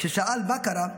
כששאל מה קרה,